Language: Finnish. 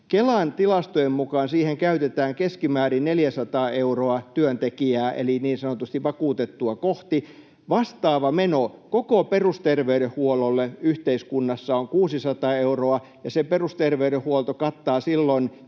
Kelan tilastojen mukaan siihen käytetään keskimäärin 400 euroa työntekijää eli niin sanotusti vakuutettua kohti. Vastaava meno koko perusterveydenhuollolle yhteiskunnassa on 600 euroa, ja se perusterveydenhuolto kattaa silloin